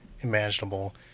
imaginable